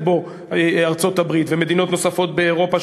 בו ארצות-הברית ומדינות נוספות מאירופה,